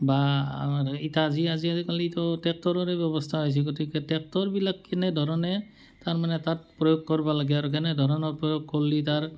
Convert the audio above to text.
বা এতিয়া আজিকালিতো ট্ৰেক্টৰে ব্যৱস্থা হৈছে গতিকে ট্ৰেক্টৰবিলাক কেনেধৰণে তাৰ মানে তাত প্ৰয়োগ কৰিব লাগে আৰু কেনেধৰণৰ প্ৰয়োগ কৰিলে তাৰ